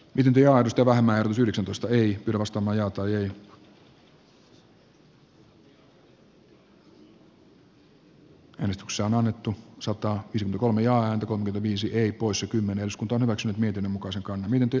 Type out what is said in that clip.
wildia edustava mers yhdeksäntoista ei arvostama kaiken lisäksi hallitus on annettu saattaa pisin kulmiaan kohota viisiep poissa kymmenen sko turvakseen miten muka sekaantuminen työ